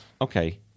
Okay